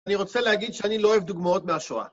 אני רוצה להגיד שאני לא אוהב דוגמאות מהשואה.